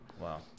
Wow